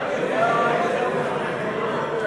הודעת הממשלה על רצונה להחיל דין רציפות על